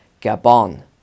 Gabon